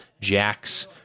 jacks